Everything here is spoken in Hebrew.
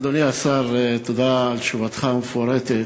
אדוני השר, תודה על תשובתך המפורטת.